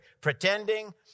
Pretending